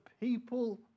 people